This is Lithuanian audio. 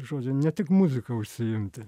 žodžiu ne tik muzika užsiimti